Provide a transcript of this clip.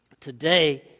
Today